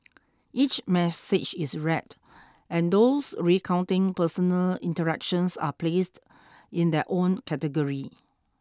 each message is read and those recounting personal interactions are placed in their own category